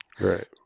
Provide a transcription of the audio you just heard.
Right